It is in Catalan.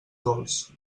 dolç